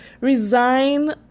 resign